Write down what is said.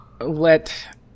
Let